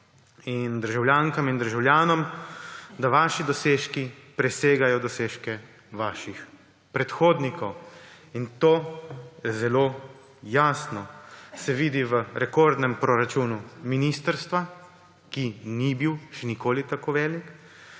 in državljankam in državljanom razvidno, da vaši dosežki presegajo dosežke vaših predhodnikov. To se zelo jasno vidi v rekordnem proračunu ministrstva, ki ni bil še nikoli tako velik,